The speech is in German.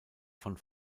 von